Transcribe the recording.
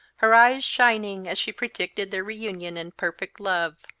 her eyes shining, as she predicted their reunion and perfect love.